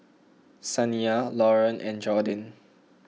Saniyah Lauren and Jordin